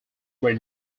were